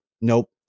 nope